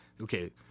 okay